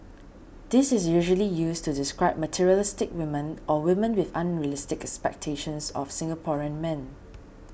this is usually used to describe materialistic women or women with unrealistic expectations of Singaporean men